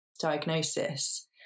diagnosis